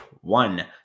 one